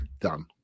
done